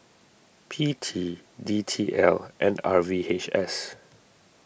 P T D T L and R V H S